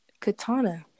Katana